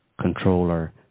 controller